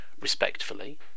respectfully